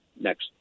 next